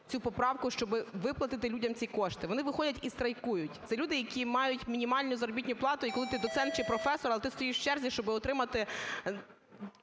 цю поправку, щоб виплатити людям ці кошти. Вони виходять і страйкують, це люди, які мають мінімальну заробітну плату, і коли ти доцент і професор, але ти стоїш в черзі, щоб отримати